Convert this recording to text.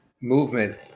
movement